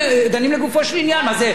מה זה, יש לנו שני משקים?